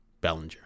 Bellinger